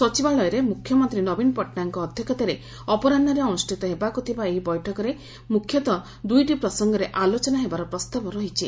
ସଚିବାଳୟରେ ମୁଖ୍ୟମନ୍ତୀ ନବୀନ ପଟ୍ଟନାୟକଙ୍କ ଅଧ୍ୟକ୍ଷତାରେ ଅପରାହ୍ବରେ ଅନୁଷ୍ଷତ ହେବାକୁ ଥିବା ଏହି ବୈଠକରେ ମୁଖ୍ୟତଃ ଦୁଇଟି ପ୍ରସଙ୍ଗରେ ଆଲୋଚନା ହେବାର ପ୍ରସ୍ତାବ ରହିଛି